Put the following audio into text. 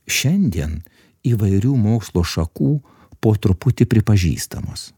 šiandien įvairių mokslo šakų po truputį pripažįstamos